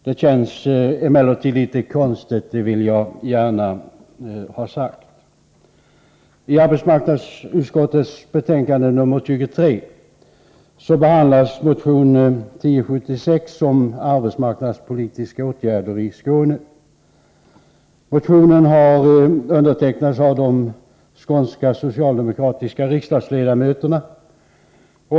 Det känns emellertid litet konstigt, det vill jag gärna ha sagt. I arbetsmarknadsutskottets betänkande 23 behandlas motion 1076 om arbetsmarknadspolitiska åtgärder i Skåne. Motionen har undertecknats av de skånska socialdemokratiska riksdagsledamöterna.